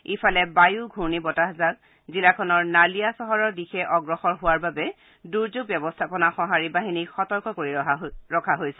ইফালে বায় ঘূৰ্ণি বতাহ জিলাখনৰ নালিয়া চহৰৰ দিশে অগ্ৰসৰ হোৱাৰ বাবে দূৰ্যোগ ব্যৱস্থাপনা সহাৰি বাহিনীক সতৰ্ক কৰি ৰখা হৈছে